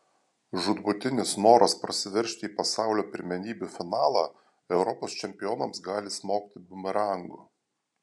žūtbūtinis noras prasiveržti į pasaulio pirmenybių finalą europos čempionams gali smogti bumerangu